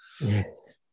Yes